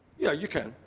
yeah you can,